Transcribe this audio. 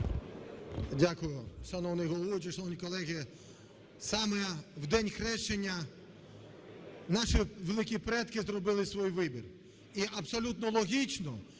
Дякую. Шановний головуючий, шановні колеги, саме в День хрещення наші великі предки зробили свій вибір і абсолютно логічно,